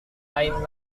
lain